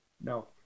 No